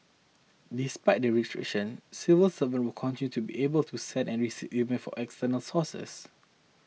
despite the restrictions civil servants will continue to be able to send and receive emails from external sources